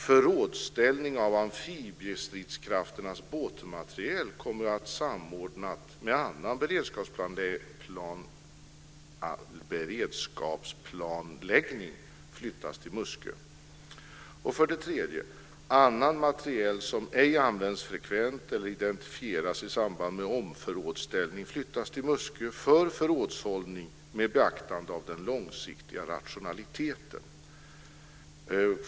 Förrådsställning av amfibiestridskrafternas båtmateriel kommer att, samordnat med annan beredskapsplanläggning, flyttas till Muskö. Annan materiel som ej används frekvent eller identifieras i samband med omförrådsställning flyttas till Muskö för förrådshållning med beaktande av den långsiktiga rationaliteten.